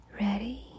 Ready